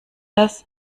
das